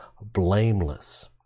blameless